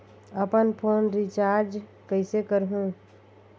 अपन phone recharge कइसे करहु?